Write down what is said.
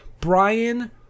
Brian